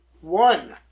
One